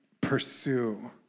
pursue